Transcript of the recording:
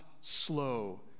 slow